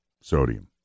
Sodium